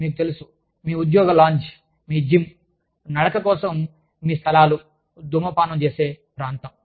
మీకు తెలుసు మీ ఉద్యోగ లాంజ్ మీ జిమ్ నడక కోసం మీ స్థలాలు ధూమపానం చేసే ప్రాంతం